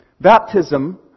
Baptism